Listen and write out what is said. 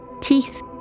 Teeth